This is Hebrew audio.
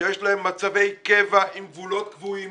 שיש להם מצבי קבע עם גבולות קבועים